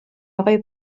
آقای